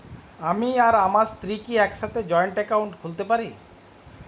আমি আর আমার স্ত্রী কি একসাথে জয়েন্ট অ্যাকাউন্ট খুলতে পারি?